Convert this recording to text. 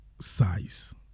size